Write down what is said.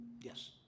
yes